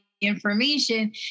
information